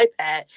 iPad